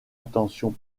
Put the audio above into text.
attention